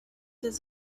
does